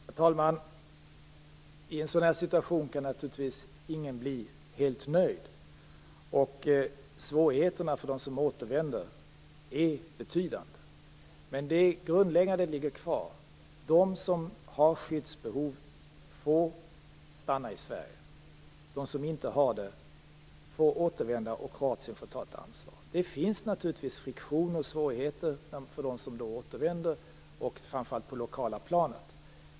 Herr talman! I en sådan här situation kan naturligtvis ingen bli helt nöjd. Svårigheterna för dem som återvänder är betydande. Men det grundläggande ligger kvar: De som har skyddsbehov får stanna i Sverige. De som inte har det får återvända, och Kroatien får ta ett ansvar. Det finns naturligtvis friktioner och svårigheter för dem som återvänder, framför allt på det lokala planet.